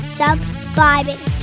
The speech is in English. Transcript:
subscribing